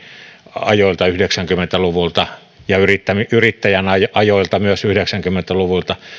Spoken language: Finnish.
ajoilta yhdeksänkymmentä luvulta ja yrittäjän ajoilta myös yhdeksänkymmentä luvulta